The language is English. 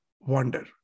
wonder